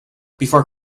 before